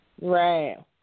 Right